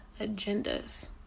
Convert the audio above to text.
agendas